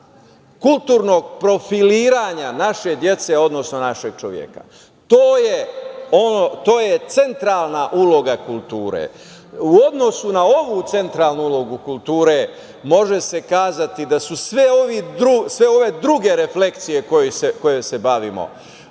kulturnog profiliranja naše dece, odnosno našeg čoveka. To je centralna uloga kulture. U odnosu na ovu centralnu ulogu kulture, može se kazati da su sve ove druge reflekcije kojima se bavimo